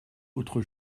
autre